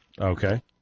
Okay